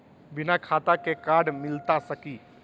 बिना खाता के कार्ड मिलता सकी?